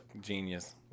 genius